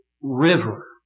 River